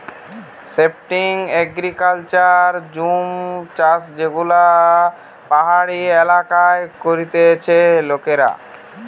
shifting agriculture জুম চাষযেগুলো পাহাড়ি এলাকায় করতিছে লোকেরা